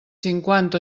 cinquanta